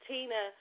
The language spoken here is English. Tina